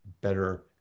better